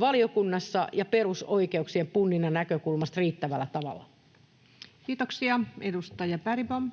valiokunnassa ja perusoikeuksien punninnan näkökulmasta riittävällä tavalla. Kiitoksia. — Edustaja Bergbom.